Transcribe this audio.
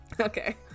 Okay